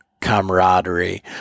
camaraderie